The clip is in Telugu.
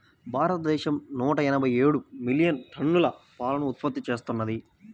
భారతదేశం నూట ఎనభై ఏడు మిలియన్ టన్నుల పాలను ఉత్పత్తి చేస్తున్నది